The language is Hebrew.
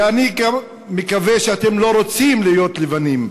ואני מקווה שאתם גם לא רוצים להיות לבנים.